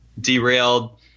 derailed